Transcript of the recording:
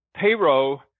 payroll